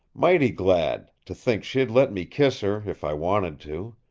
mighty glad, to think she'd let me kiss her if i wanted to.